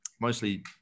mostly